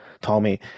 tommy